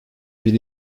bir